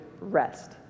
rest